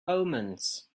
omens